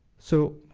so.